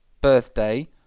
birthday